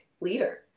leader